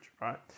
right